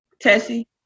Tessie